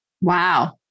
Wow